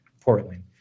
Portland